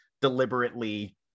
deliberately